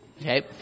Okay